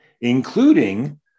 including